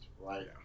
Right